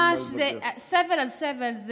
זה ממש סבל על סבל.